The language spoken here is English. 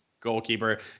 goalkeeper